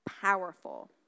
powerful